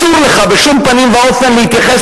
אסור לך בשום פנים ואופן להתייחס